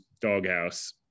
doghouse